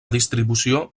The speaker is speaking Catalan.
distribució